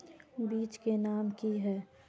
बीज के नाम की है?